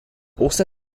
also